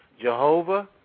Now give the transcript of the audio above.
Jehovah